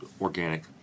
organic